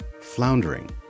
floundering